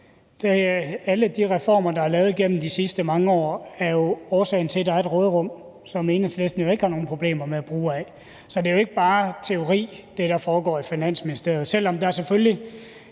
Alle de reformer, der er lavet igennem de sidste mange år, er årsagen til, at der er et råderum, som Enhedslisten jo ikke har nogen problemer med at bruge af. Så det, der foregår i Finansministeriet, er jo ikke